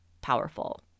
powerful